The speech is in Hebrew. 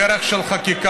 דרך של חקיקה.